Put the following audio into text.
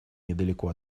недалеко